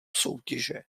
soutěže